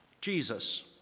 Jesus